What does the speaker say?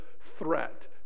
threat